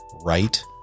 right